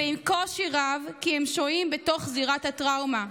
ועם קושי רב, כי הם שוהים בתוך זירת הטראומה.